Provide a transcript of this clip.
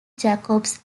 jacobs